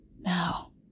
now